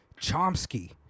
Chomsky